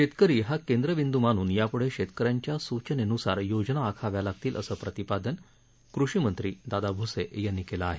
शेतकरी हा केद्रबिंद् मानून याप्ढे शेतक यांच्या सूचनेन्सार योजना आखाव्या लागतील असं प्रतिपादन कृषी मंत्री दादा भूसे यांनी केलं आहे